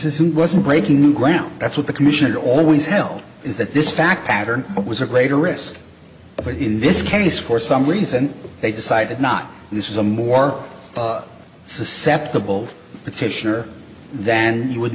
isn't wasn't breaking new ground that's what the commissioner always held is that this fact pattern was a greater risk but in this case for some reason they decided not this is a more susceptible petitioner than you would